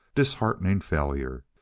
disheartening failure.